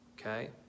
okay